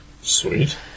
Sweet